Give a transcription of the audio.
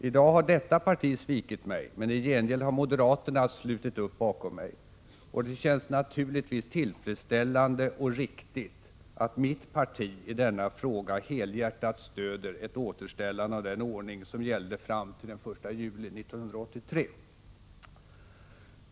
I dag har detta parti svikit mig, men i gengäld har moderaterna slutit upp bakom mig, och det känns naturligtvis tillfredsställande och riktigt att mitt parti i denna fråga helhjärtat stöder ett återställande av den ordning som gällde fram till den 1 juli 1983.